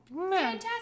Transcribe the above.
fantastic